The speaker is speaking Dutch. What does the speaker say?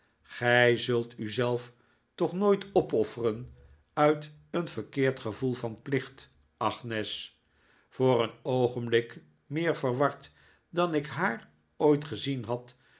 gij zult u zelf toch nooit opofferen uit een verkeerd gevoel van plicht agnes voor een oogenblik meer verward dan ik haar ooit gezien had